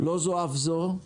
לא זאת אף זאת,